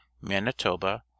manitoba